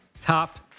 Top